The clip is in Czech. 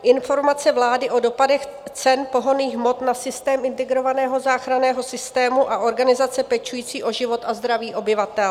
Informaci vlády o dopadech cen pohonných hmot na systém integrovaného záchranného systému a organizace pečující o život a zdraví obyvatel.